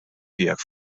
tiegħek